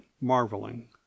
marveling